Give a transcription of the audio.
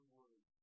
words